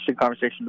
conversation